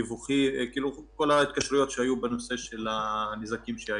כל ההתקשרויות שהיו בנושא הנזקים שהיו.